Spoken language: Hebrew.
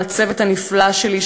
לצוות הנפלא שלי,